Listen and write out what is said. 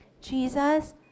Jesus